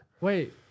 wait